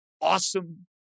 awesome